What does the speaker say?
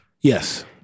Yes